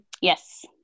Yes